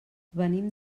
venim